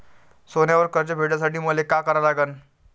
सोन्यावर कर्ज भेटासाठी मले का करा लागन?